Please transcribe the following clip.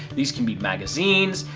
these can be magazines,